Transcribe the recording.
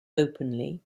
openly